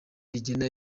rigena